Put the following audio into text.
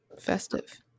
Festive